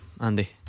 Andy